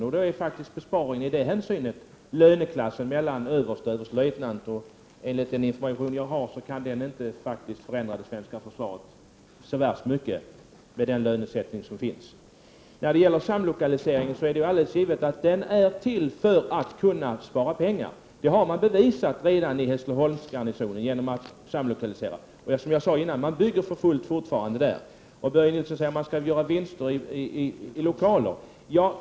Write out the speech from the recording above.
Enligt den information jag har kan besparingarna med tanke på lönesättningen för en överste och en överstelöjtnant inte förändra det svenska försvaret så mycket. Det är alldeles givet att samlokaliseringen är till för att man skall kunna spara pengar. Det har man redan bevisat i Hässleholmsgarnisonen. Som jag har sagt tidigare byggs det fortfarande för fullt där. Börje Nilsson säger att det skall göras vinster i lokaler.